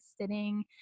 sitting